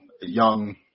young